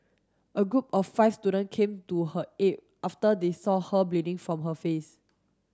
a group of five student came to her aid after they saw her bleeding from her face